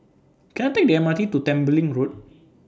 Can I Take The M R T to Tembeling Road